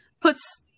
puts